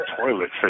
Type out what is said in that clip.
toilet